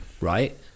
right